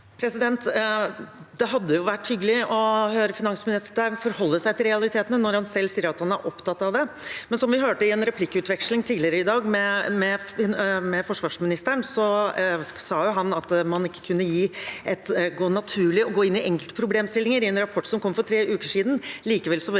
Det hadde vært hyggelig å høre finansministeren forholde seg til realitetene når han selv sier at han er opptatt av det. Men som vi hørte i en replikkutveksling med forsvarsministeren tidligere i dag, sa han at det ikke var naturlig å gå inn i enkeltproblemstillinger i en rapport som kom for tre uker siden.